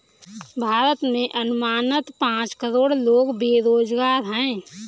भारत में अनुमानतः पांच करोड़ लोग बेरोज़गार है